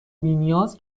بینیاز